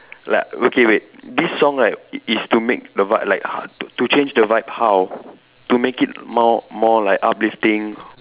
like okay wait this song right is to make the vibe like to change the vibe how to make it more more like uplifting